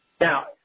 Now